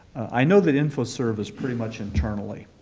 i know that infoserv is pretty much internally,